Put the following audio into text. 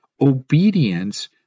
Obedience